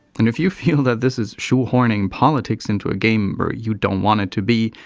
and if you feel that this is shoehorning politics into a game where you don't want it to be,